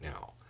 now